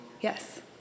Yes